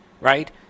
right